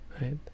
Right